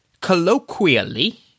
Colloquially